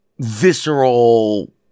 visceral